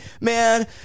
man